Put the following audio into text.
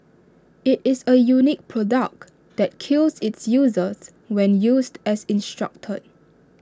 IT is A unique product that kills its users when used as instructed